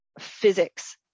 physics